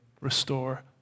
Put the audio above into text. restore